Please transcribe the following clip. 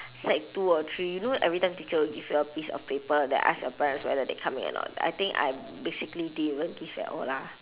sec two or three you know every time teacher will give you a piece of paper that ask your parents whether they coming or not I think I basically didn't even give at all lah